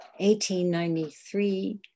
1893